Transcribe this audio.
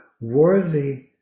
worthy